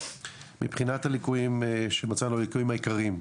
מבחינת הליקויים שמצאנו, הליקויים העיקריים: